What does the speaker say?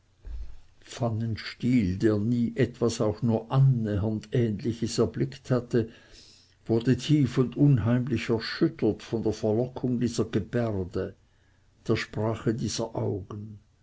pfannenstiel der nie etwas auch nur annähernd ähnliches erblickt hatte wurde tief und unheimlich erschüttert von der verlockung dieser gebärde der sprache dieser augen